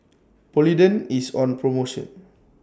Polident IS on promotion